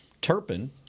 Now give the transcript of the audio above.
Turpin